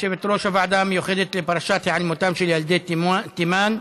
יושבת-ראש הוועדה המיוחדת לפרשת היעלמותם של ילדי תימן,